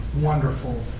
wonderful